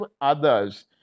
others